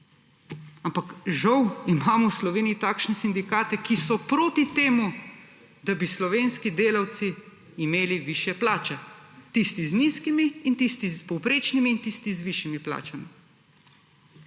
Ampak žal imamo v Sloveniji takšne sindikate, ki so proti temu, da bi slovenski delavci imeli višje plače: tisti z nizkimi in tisti s povprečnimi in tisti z višjimi plačami.